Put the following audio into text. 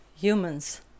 humans